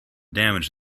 damage